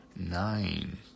nine